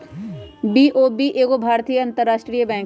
BOB एगो भारतीय अंतरराष्ट्रीय बैंक हइ